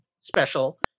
special